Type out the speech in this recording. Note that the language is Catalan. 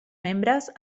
membres